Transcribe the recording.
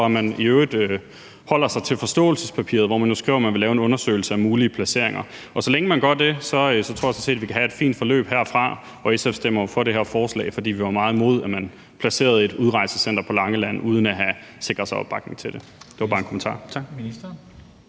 at man i øvrigt holder sig til forståelsespapiret, hvor der jo står, at man vil lave en undersøgelse af mulige placeringer. Så længe man gør det, tror jeg sådan set, at vi kan have et fint forløb. SF stemmer jo for det her forslag, fordi vi er meget imod, at man placerer et udrejsecenter på Langeland uden at have sikret sig opbakning til det. Det var bare en kommentar.